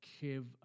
give